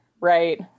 right